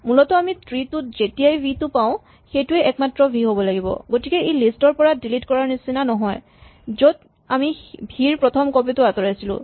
মূলত আমি ট্ৰী টোত যেতিয়াই ভি টো পাওঁ সেইটোৱেই একমাত্ৰ ভি হ'ব লাগিব গতিকে ই লিষ্ট ৰ পৰা ডিলিট কৰাৰ নিচিনা নহয় য'ত আমি ভি ৰ প্ৰথম কপি টো আতঁৰাইছিলো